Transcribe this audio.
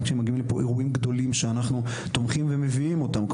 גם כשמגיעים לפה אירועים גדולים שאנחנו תומכים ומביאים אותם,